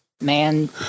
Man